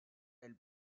elle